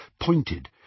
pointed